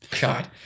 God